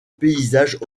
paysage